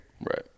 Right